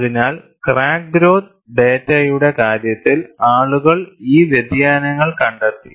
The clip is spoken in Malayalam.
അതിനാൽ ക്രാക്ക് ഗ്രോത്ത് ഡാറ്റയുടെ കാര്യത്തിൽ ആളുകൾ ഈ വ്യതിയാനങ്ങൾ കണ്ടെത്തി